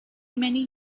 many